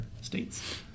states